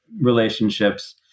relationships